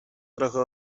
trochę